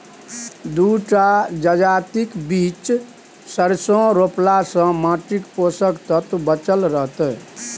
दू टा जजातिक बीच सरिसों रोपलासँ माटिक पोषक तत्व बचल रहतै